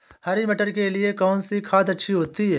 हरी मटर के लिए कौन सी खाद अच्छी होती है?